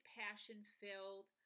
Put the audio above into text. passion-filled